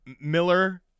Miller